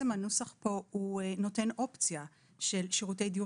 הנוסח פה נותן אופציה של שירותי דיור